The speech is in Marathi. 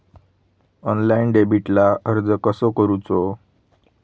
ऑनलाइन डेबिटला अर्ज कसो करूचो?